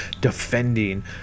defending